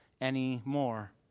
anymore